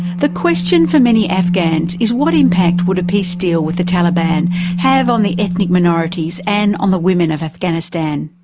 the question for many afghans is what impact would a peace deal with the taliban have on the ethnic minorities and on the women of afghanistan?